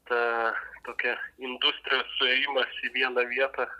ta tokia industrijos suėjimas į vieną vietą